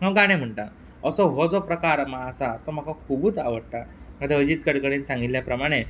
हांव गाणें म्हणटां असो हो जो प्रकार आसा तो म्हाका खुबूच आवडटा आतां अजीत कडकडे सांगिल्ल्या प्रमाणें